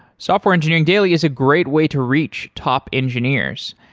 software engineering daily is a great way to reach top engineers.